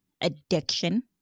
addiction